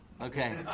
Okay